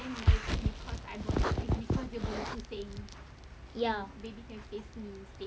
ya